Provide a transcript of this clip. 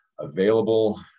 available